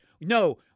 No